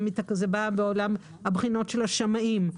זה בא מעולם הבחינות של השמאים,